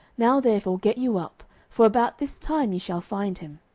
now therefore get you up for about this time ye shall find him.